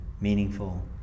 meaningful